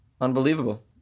Unbelievable